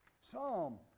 Psalm